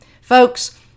Folks